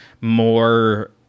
more